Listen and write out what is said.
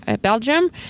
Belgium